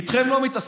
איתכם לא מתעסקים.